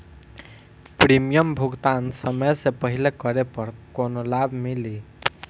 Premium भुगतान समय से पहिले करे पर कौनो लाभ मिली?